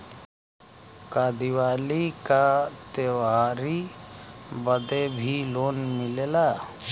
का दिवाली का त्योहारी बदे भी लोन मिलेला?